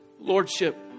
lordship